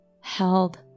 held